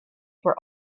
for